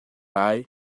lai